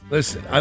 Listen